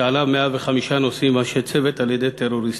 ועליו 105 נוסעים ואנשי צוות, על-ידי טרוריסטים.